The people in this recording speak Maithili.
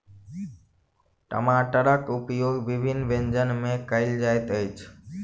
टमाटरक उपयोग विभिन्न व्यंजन मे कयल जाइत अछि